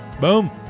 Boom